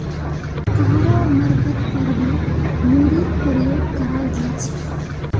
कहारो मर्गत पर भी मूरीर प्रयोग कराल जा छे